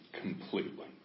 completely